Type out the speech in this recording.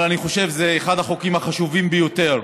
אבל אני חושב שזה אחד החוקים החשובים ביותר,